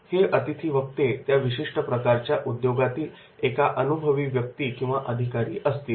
हे अतिथी वक्ते त्या विशिष्ट प्रकारच्या उद्योगातील एक अनुभवी व्यक्ती किंवा अधिकारी असतील